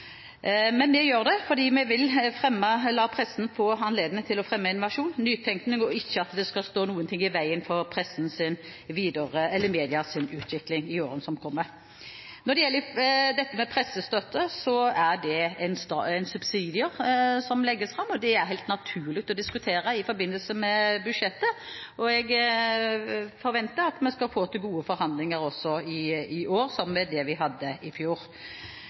Men det gjør vi, fordi vi vil la pressen få anledning til å fremme innovasjon og nytenkning, og at det ikke skal stå noe i veien for medias utvikling i årene som kommer. Når det gjelder pressestøtte, er det en subsidie som legges fram, og det er helt naturlig å diskutere i forbindelse med budsjettet. Jeg forventer at vi skal få til gode forhandlinger også i år, som vi hadde i fjor. Notifiseringen har vi startet forberedelser på, men det er jo ikke slik å forstå at vi